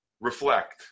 reflect